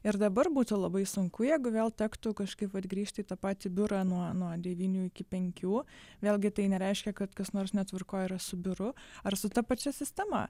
ir dabar būtų labai sunku jeigu vėl tektų kažkaip vat grįžti į tą patį biurą nuo nuo devynių iki penkių vėlgi tai nereiškia kad kas nors netvarkoj yra su biuru ar su ta pačia sistema